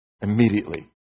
immediately